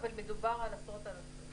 אבל מדובר על עשרות אלפים.